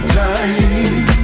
time